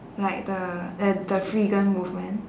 like the uh the freegan movement